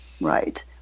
right